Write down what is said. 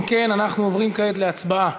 אם כן, אנחנו עוברים כעת להצבעה